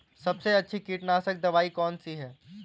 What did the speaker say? सबसे अच्छी कीटनाशक दवाई कौन सी है?